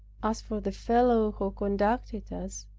as for the fellow who conducted us,